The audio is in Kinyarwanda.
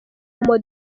modoka